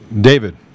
David